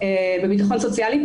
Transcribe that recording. בביטחון סוציאלי,